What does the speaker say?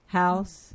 house